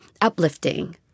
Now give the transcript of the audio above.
uplifting